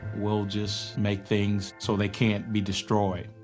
we'll just make things so they can't be destroyed.